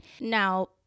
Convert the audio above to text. Now